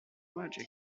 magic